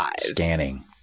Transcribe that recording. scanning